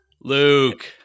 Luke